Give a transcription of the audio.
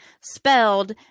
spelled